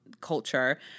culture